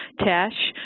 tash,